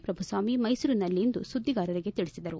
ಪ್ರಭುಸ್ವಾಮಿ ಮೈಸೂರಿನಲ್ಲಿಂದು ಸುದ್ಲಿಗಾರರಿಗೆ ತಿಳಿಸಿದರು